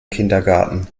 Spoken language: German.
kindergarten